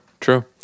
True